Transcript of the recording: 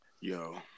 Yo